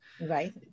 Right